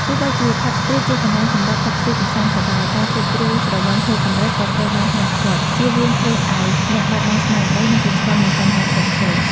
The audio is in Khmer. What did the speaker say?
ទោះបីជា ផាប់ ស្ទ្រីត ជាកន្លែងសម្រាប់ផឹកស៊ីកម្សាន្តក៏ដោយ ការសេពគ្រឿងស្រវឹងហួសកម្រិតក៏ត្រូវបានហាមឃាត់ ចៀសវាងធ្វើឲ្យអ្នកបាត់បង់ស្មារតី និងប្រឈមនឹងបញ្ហាផ្សេងៗ។